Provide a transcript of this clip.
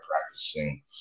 practicing